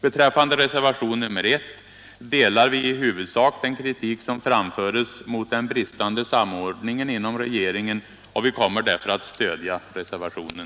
Beträffande reservationen I delar vi i huvudsak den kritik som framförs mot den bristande samordningen inom regeringen, och vi kommer därför att stödja denna reservation.